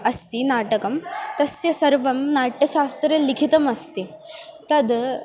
अस्ति नाटकं तस्य सर्वं नाट्यशास्त्रे लिखितमस्ति तद्